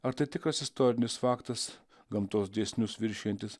ar tai tikras istorinis faktas gamtos dėsnius viršijantis